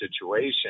situation